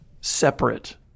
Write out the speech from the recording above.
separate